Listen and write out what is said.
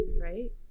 Right